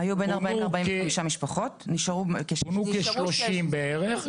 היו בין 40-45 משפחות ונשארו 16. פונו כ-30 בערך.